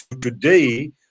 today